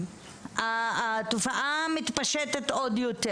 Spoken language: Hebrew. התופעה מתפשטת עוד יותר,